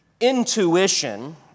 intuition